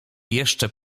jeszcze